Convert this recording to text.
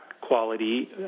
quality